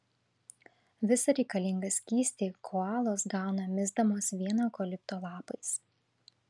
visą reikalingą skystį koalos gauna misdamos vien eukalipto lapais